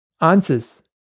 answers